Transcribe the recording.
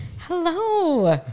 Hello